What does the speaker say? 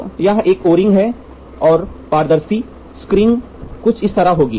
तो यह एक ओ रिंग है और पारदर्शी स्क्रीन कुछ इस तरह होगी